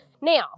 Now